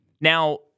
Now